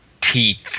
teeth